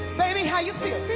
baby, how you feel?